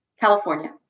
California